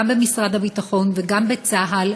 גם במשרד הביטחון וגם בצה"ל,